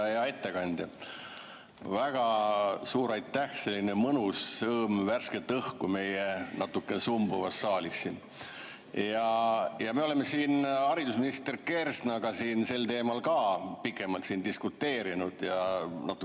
Hea ettekandja! Väga suur aitäh! Selline mõnus sõõm värsket õhku meie natukene sumbuvas saalis. Me oleme siin haridusminister Kersnaga sel teemal ka pikemalt diskuteerinud ja natukene